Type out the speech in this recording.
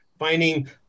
Finding